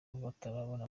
batarabona